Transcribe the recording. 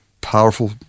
powerful